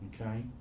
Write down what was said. Okay